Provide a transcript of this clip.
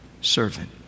servant